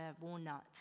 walnut